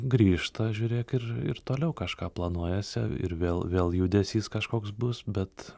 grįžta žiūrėk ir ir toliau kažką planuojasi ir vėl vėl judesys kažkoks bus bet